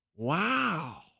Wow